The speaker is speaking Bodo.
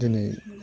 दिनै